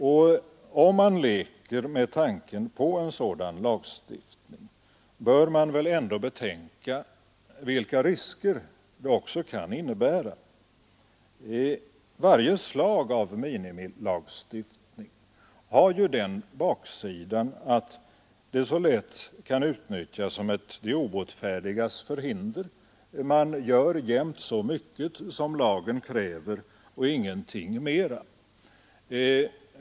Och om man leker med tanken på en sådan lagstiftning bör man väl ändå betänka vilka risker den kan innebära. Varje slag av minimilagstiftning har ju den baksidan att den så lätt kan utnyttjas som ett de obotfärdigas förhinder; man gör precis så mycket som lagen kräver, ingenting mer.